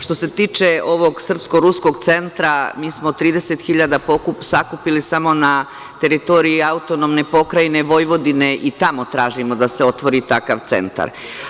Što se tiče ovog Srpsko-ruskog centra, mi smo 30.000 sakupili samo na teritoriji AP Vojvodine i tamo tražimo da se otvori takav centar.